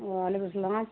وعلیکم السلام